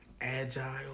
agile